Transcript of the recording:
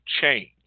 change